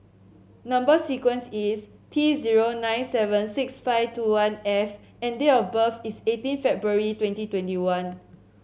number sequence is T zero nine seven six five two one F and date of birth is eighteen February twenty twenty one